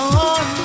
on